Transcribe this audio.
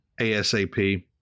asap